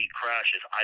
crashes